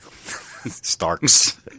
Starks